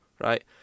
right